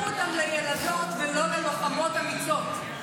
הפכו אותן לילדות, ולא ללוחמות אמיצות.